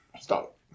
stop